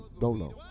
Dolo